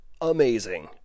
amazing